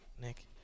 Nick